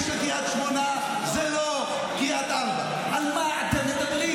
קריית שמונה זה לא חברון, ומהצד השני